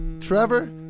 Trevor